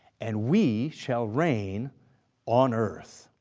and we shall reign on earth.